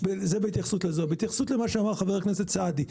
התייחסות לדבריו של חבר הכנסת סעדי.